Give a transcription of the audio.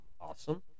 Awesome